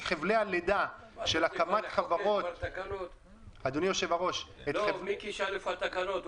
את חבלי הלידה של הקמת חברות --- מיקי שאל איפה התקנות,